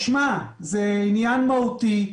עניין מהותי.